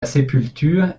sépulture